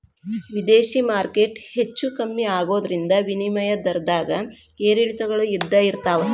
ವಿದೇಶಿ ಮಾರ್ಕೆಟ್ ಹೆಚ್ಚೂ ಕಮ್ಮಿ ಆಗೋದ್ರಿಂದ ವಿನಿಮಯ ದರದ್ದಾಗ ಏರಿಳಿತಗಳು ಇದ್ದ ಇರ್ತಾವ